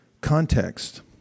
context